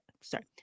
sorry